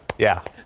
yeah,